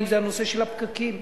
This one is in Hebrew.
זה הנושא של הפקקים: